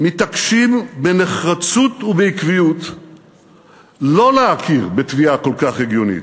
מתעקשים בנחרצות ובעקביות לא להכיר בתביעה כל כך הגיונית.